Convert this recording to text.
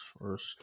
first